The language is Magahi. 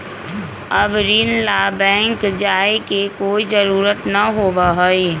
अब ऋण ला बैंक जाय के कोई जरुरत ना होबा हई